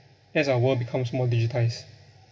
as our world becomes more digitized